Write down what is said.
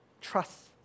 Trust